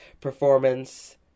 performance